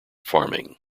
farming